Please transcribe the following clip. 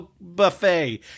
buffet